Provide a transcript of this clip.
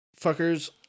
fuckers